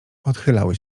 odchylały